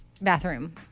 bathroom